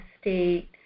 state